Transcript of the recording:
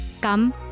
Come